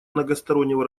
многостороннего